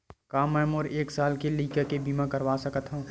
का मै मोर एक साल के लइका के बीमा करवा सकत हव?